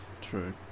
True